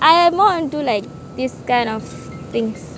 I am more onto like this kind of things